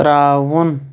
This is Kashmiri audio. ترٛاوُن